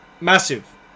Massive